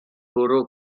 bwrw